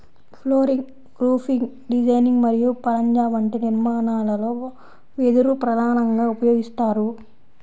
flooring, roofing designing మరియు పరంజా వంటి నిర్మాణాలలో వెదురు ప్రధానంగా ఉపయోగిస్తారు